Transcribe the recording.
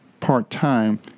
part-time